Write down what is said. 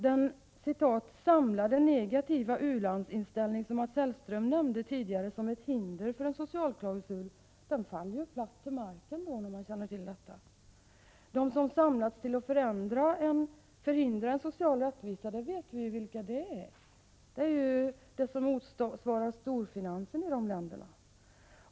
Den samlade negativa u-landsinställningen, som Mats Hellström nämnde tidigare som ett hinder för en socialklausul, faller ju platt till marken när man känner till detta. Vi vet ju vilka det är som har samlats till att förhindra en social rättvisa. Det är ju de som motsvarar storfinansen i dessa länder.